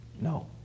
No